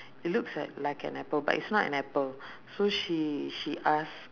it looks li~ like an apple but it's not an apple so she she ask